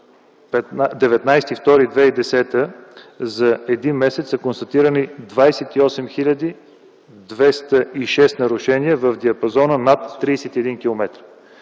г. за един месец са констатирани 28 хил. 206 нарушения в диапазона над 31 км,